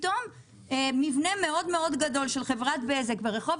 פתאום מבנה גדול מאוד של חברת בזק ברחוב